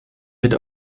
wird